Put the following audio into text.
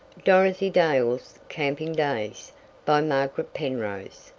dorothy dale's camping days by margaret penrose